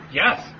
yes